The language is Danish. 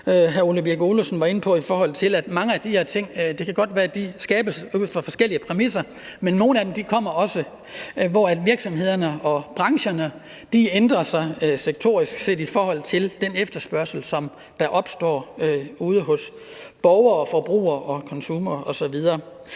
om mange af de her ting. Det kan godt være, at de skabes ud fra forskellige præmisser, men nogle af dem kommer også som løsningsmodeller, hvor virksomhederne og brancherne ændrer sig sektorisk set i forhold til den efterspørgsel, som der opstår ude hos borgere, forbrugere osv.